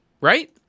right